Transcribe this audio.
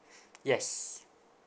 yes